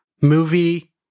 movie